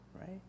right